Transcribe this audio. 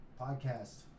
podcast